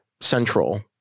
central